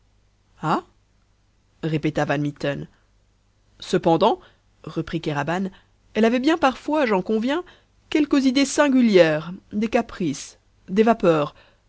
ah répéta van mitten cependant reprit kéraban elle avait bien parfois j'en conviens quelques idées singulières des caprices des vapeurs